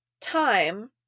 time